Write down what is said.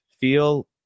feel